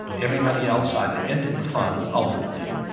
everybody else either entered the fund, ultimately,